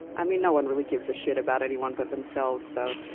i mean no one really gives a shit about anyone but themselves, so.